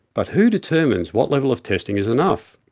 but who determines what level of testing is enough?